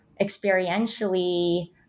experientially